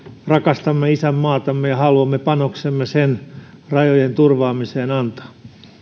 rakastamme isänmaatamme ja haluamme panoksemme sen rajojen turvaamiseen antaa